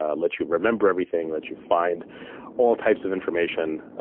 ah let you remember everything, let you find all types of information,